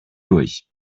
durch